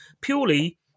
purely